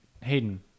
hayden